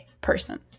person